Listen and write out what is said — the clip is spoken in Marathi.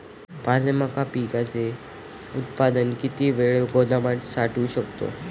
माझे मका पिकाचे उत्पादन किती वेळ गोदामात साठवू शकतो?